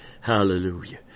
hallelujah